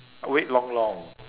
ah wait long long